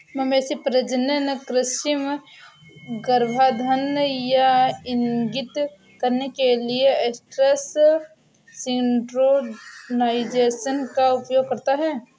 मवेशी प्रजनन कृत्रिम गर्भाधान यह इंगित करने के लिए एस्ट्रस सिंक्रोनाइज़ेशन का उपयोग करता है